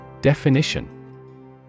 Definition